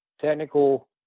technical